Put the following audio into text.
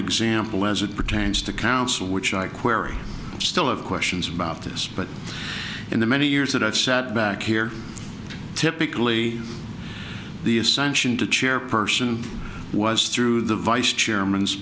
example as it pertains to council which i querrey still have questions about this but in the many years that i've sat back here typically the ascension to chairperson was through the vice